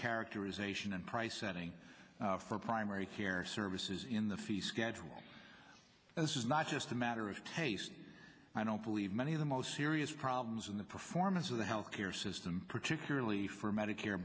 characterization and price setting for primary care services in the fee schedule as is not just a matter of taste i don't believe many of the most serious problems in the performance of the health care system particularly for medicare